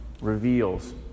reveals